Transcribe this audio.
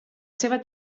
seva